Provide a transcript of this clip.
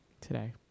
today